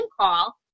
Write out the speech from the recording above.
call